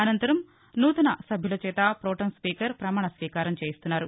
అనంతరం నూతన సభ్యులచేత ప్రొటెం స్పీకర్ ప్రమాణ స్వీకారం చేయిస్తున్నారు